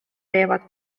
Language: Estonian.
teevad